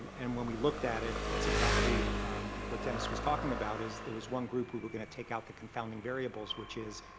and when we looked at it it's exactly what dennis was talking about is there was one group we were going to take out the confounding variables which is,